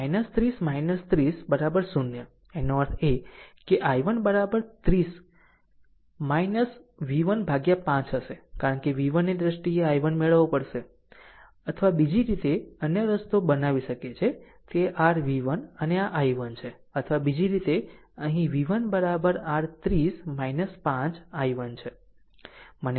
આમ 30 30 0 એનો અર્થ એ કે i1 30 v1 5 હશે કારણ કે v1 ની દ્રષ્ટિએ i1 મેળવવો પડશે અથવા બીજી રીતે અન્ય રસ્તો બનાવી શકે છે કે તે r v1 ને આ i1 છે અથવા બીજી રીતે અહીં v1 r 30 5 i1 છે